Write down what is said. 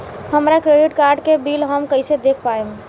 हमरा credit card के bill हम कइसे देख पाएम?